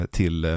till